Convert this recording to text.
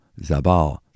Zabal